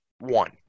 One